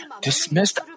dismissed